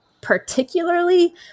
particularly